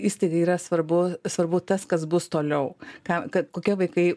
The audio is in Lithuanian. įstaigai yra svarbu svarbu tas kas bus toliau ką kad kokie vaikai